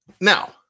Now